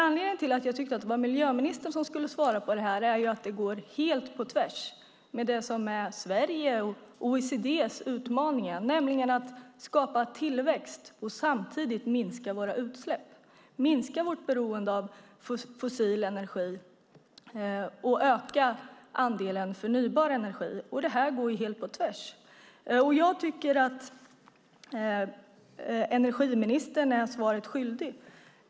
Anledningen till att jag tyckte att det var miljöministern som skulle svara är att detta går helt på tvärs med det som är Sveriges och OECD:s utmaningar, nämligen att skapa tillväxt och samtidigt minska våra utsläpp, minska vårt beroende av fossil energi och öka andelen förnybar energi. Det här går helt på tvärs med det. Jag tycker att energiministern är svaret skyldig.